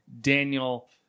Daniel